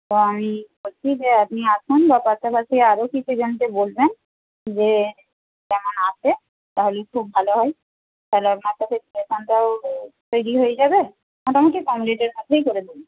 তো আমি বলছি যে আপনি আসুন বা পাশাপাশি আরও কিছু জনকে বলবেন যে যেমন আসে তাহলে খুব ভাল হয় তাহলে আপনার সাথে রিলেশনটাও তৈরি হয়ে যাবে মোটামুটি কম রেটের মধ্যেই করে দেবো